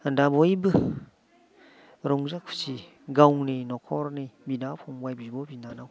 दा बयबो रंजा खुसि गावनि नखरनि बिदा फंबाय बिब' बिनानाव